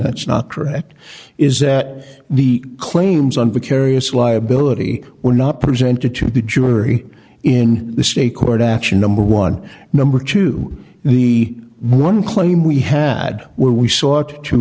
that's not correct is that the claims on the carious liability were not presented to the jury in the state court action number one number two the one claim we had were we s